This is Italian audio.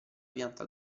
pianta